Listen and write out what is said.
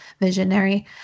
visionary